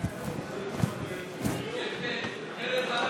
אדוני סגן שר האוצר,